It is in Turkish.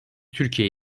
türkiye